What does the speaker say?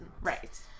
Right